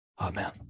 Amen